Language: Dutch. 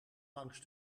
langs